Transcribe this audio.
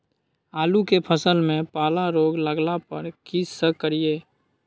आलू के फसल मे पाला रोग लागला पर कीशकरि?